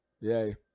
Yay